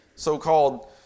so-called